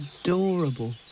adorable